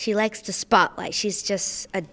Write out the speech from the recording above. she likes to spotlight she's just a